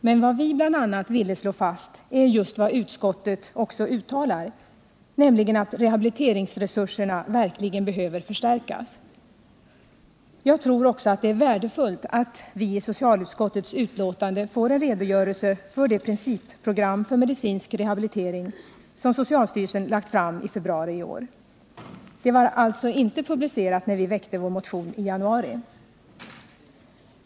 Men vad vi bl.a. ville slå fast var just vad utskottet också uttalar, nämligen att rehabiliteringsresurserna verkligen behöver förstärkas. Jag tror också att det är värdefullt att vi i socialutskottets betänkande har fått en redogörelse för det principprogram för medicinsk rehabilitering som socialstyrelsen lagt fram i februari i år. Det var alltså inte publicerat när vi väckte vår motion i januari.